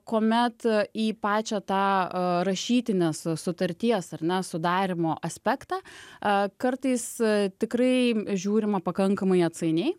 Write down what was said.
kuomet į pačią tą rašytinės sutarties ar ne sudarymo aspektą kartais tikrai žiūrima pakankamai atsainiai